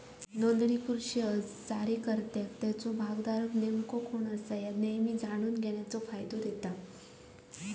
नोंदणीकृत शेअर्स जारीकर्त्याक त्याचो भागधारक नेमका कोण असा ह्या नेहमी जाणून घेण्याचो फायदा देता